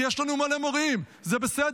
כי יש לנו מלא מורים, זה בסדר.